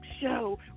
show